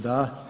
Da.